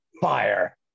fire